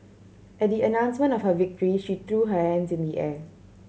at the announcement of her victory she threw her hands in the air